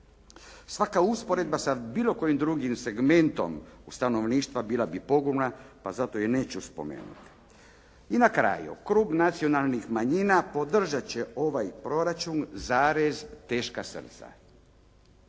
Svaka usporedba sa bilo kojim drugim segmentom stanovništva bila bi pogubna, pa zato i neću spomenuti. I na kraju, Klub nacionalnih manjina podržati će ovaj proračun, zarez, teška srca.